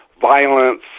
violence